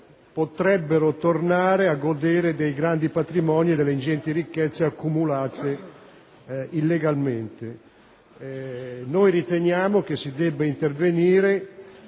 potrebbero tornare a godere dei grandi patrimoni e delle ingenti ricchezze accumulate illegalmente. Riteniamo si debba intervenire